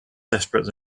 desperate